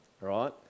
right